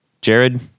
Jared